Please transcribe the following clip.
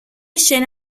scene